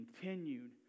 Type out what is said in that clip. continued